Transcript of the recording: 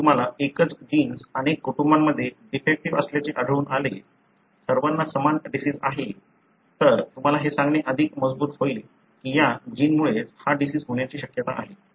जर तुम्हाला एकच जीन्स अनेक कुटुंबांमध्ये डिफेक्टीव्ह असल्याचे आढळून आले सर्वांना समान डिसिज आहे तर तुम्हाला हे सांगणे अधिक मजबूत होईल की या जीनमुळेच हा डिसिज होण्याची शक्यता आहे